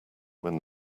when